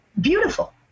beautiful